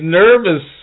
nervous